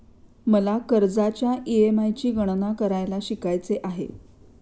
मला कर्जाच्या ई.एम.आय ची गणना करायला शिकायचे आहे